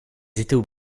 étaient